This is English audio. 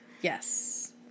Yes